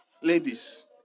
ladies